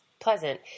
pleasant